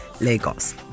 Lagos